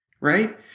right